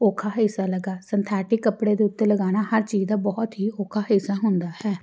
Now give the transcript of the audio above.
ਔਖਾ ਹਿੱਸਾ ਲੱਗਾ ਸਨਥੈਟਿਕ ਕੱਪੜੇ ਦੇ ਉੱਤੇ ਲਗਾਣਾ ਹਰ ਚੀਜ਼ ਦਾ ਬਹੁਤ ਹੀ ਔਖਾ ਹਿੱਸਾ ਹੁੰਦਾ ਹੈ